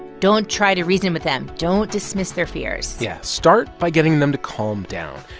don't try to reason with them. don't dismiss their fears yeah. start by getting them to calm down.